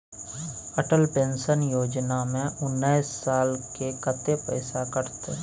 Atal pension योजना में उनैस साल के कत्ते पैसा कटते?